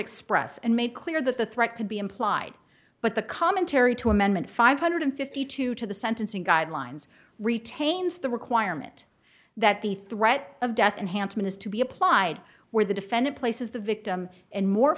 express and made clear that the threat could be implied but the commentary to amendment five hundred and fifty two dollars to the sentencing guidelines retains the requirement that the threat of death and handsome is to be applied where the defendant places the victim and more